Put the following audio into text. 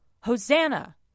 Hosanna